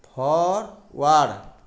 forward